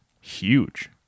huge